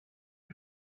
气体